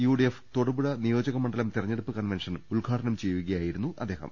UDF തൊടു പുഴ്ച് നിയോ ജക മണ്ഡലം തെരഞ്ഞെടുപ്പ് കൺവെൻഷൻ ഉദ്ഘാടനം ചെയ്യുകയായിരുന്നു അദ്ദേഹം